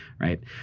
right